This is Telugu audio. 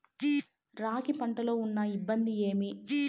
రాగి పంటలో ఉన్న ఇబ్బంది ఏమి?